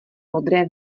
modré